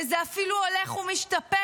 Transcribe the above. וזה אפילו הולך ומשתפר.